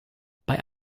bei